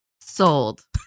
Sold